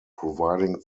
providing